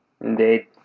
Indeed